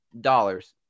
dollars